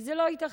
וזה לא ייתכן.